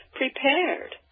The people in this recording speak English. prepared